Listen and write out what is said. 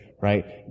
Right